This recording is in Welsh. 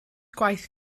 gwaith